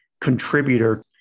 contributor